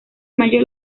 mayo